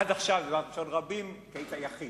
עד עכשיו דיברתי בלשון רבים, היית יחיד.